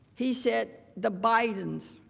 he said the biden's,